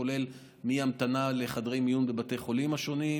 כולל המתנה לחדרי מיון בבתי החולים השונים,